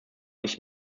nicht